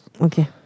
Okay